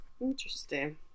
Interesting